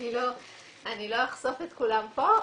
אני לא אחשוף את כולם פה.